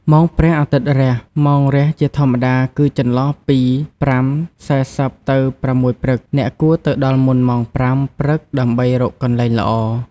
ម៉ោងព្រះអាទិត្យរះ ម៉ោងរះជាធម្មតាគឺចន្លោះពី ៥:៤០ ទៅ ៦ ព្រឹក។ អ្នកគួរទៅដល់មុនម៉ោង ៥ ព្រឹកដើម្បីរកកន្លែងល្អ។